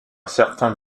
certain